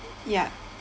ya